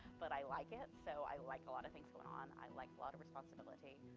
but i like it, so i like a lot of things going on, i like a lot of responsibility.